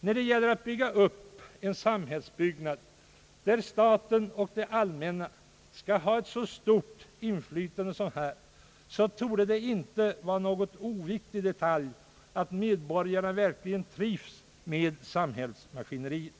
När det gäller att bygga upp en samhällsbyggnad, där staten och det allmänna skall ha ett så stort inflytande som här, torde det inte vara någon oviktig detalj, att medborgarna verkligen trivs med samhällsmaskineriet.